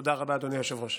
תודה רבה, אדוני היושב-ראש.